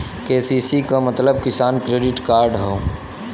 KCC क मतलब किसान क्रेडिट कार्ड हौ